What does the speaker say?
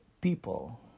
people